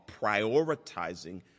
prioritizing